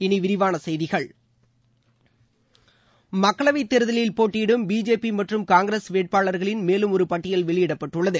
இனி விரிவான செய்திகள் மக்களவைத் தேர்தலில் போட்டியிடும் பிஜேபி மற்றும் காங்கிரஸ் வேட்பாளர்களின் மேலும் ஒரு பட்டியல் வெளியிடப்பட்டுள்ளது